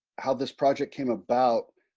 how this project came about.